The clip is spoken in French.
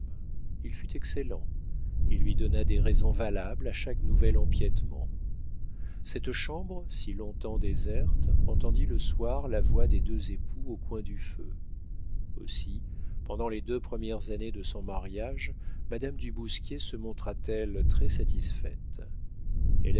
il fut excellent il lui donna des raisons valables à chaque nouvel empiétement cette chambre si long-temps déserte entendit le soir la voix des deux époux au coin du feu aussi pendant les deux premières années de son mariage madame du bousquier se montra-t-elle très satisfaite